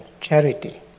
charity